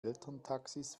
elterntaxis